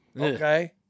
okay